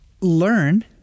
Learn